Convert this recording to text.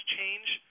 change